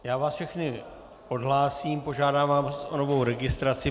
Já vás všechny odhlásím, požádám vás o novou registraci.